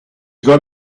got